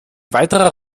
weiterer